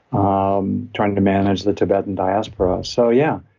um trying to manage the tibetan diaspora. so, yeah.